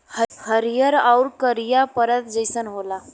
हरिहर आउर करिया परत जइसन होला